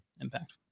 impact